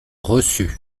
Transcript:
reçu